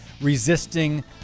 resisting